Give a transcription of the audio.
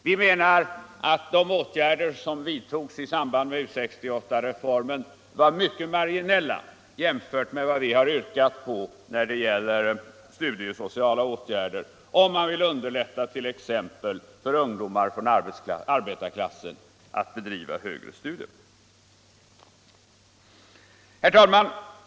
Vi menade att de studiesociala åtgärder som vidtogs i samband med U 68-reformen var mycket marginella jämfört med vad vi har yrkat på, om man vill underlätta för t.ex. ungdomar från arbetarklassen att bedriva högre studier. Herr talman!